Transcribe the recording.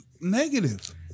negative